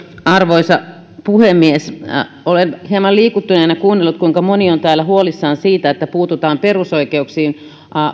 arvoisa puhemies olen hieman liikuttuneena kuunnellut kuinka moni on täällä huolissaan siitä että puututaan perusoikeuksiin